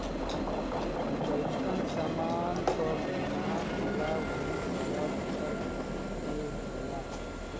जइसन समान क बीमा होला वही तरह फसल के होला